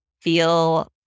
feel